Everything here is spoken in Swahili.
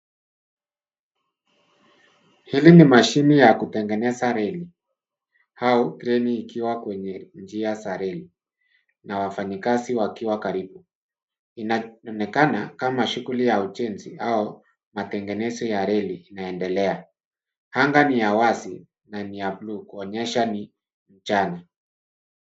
Hii ni sehemu yenye mashine za kutengeneza reli. Gari la treni lipo kwenye njia ya kutengeneza reli na wafanyakazi wapo karibu. Inaonekana kama shughuli ya ujenzi au matengenezo ya reli inaendelea. Eneo ni wazi na limepangwa vizuri, likionyesha kazi inaendelea.